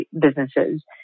businesses